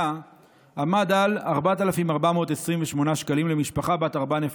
עמד על 4,428 שקלים למשפחה בת ארבע נפשות.